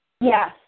Yes